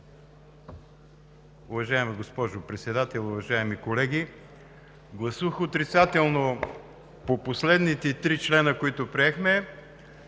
Уважаема госпожо Председател, уважаеми колеги! Гласувах отрицателно по последните три члена, които приехме,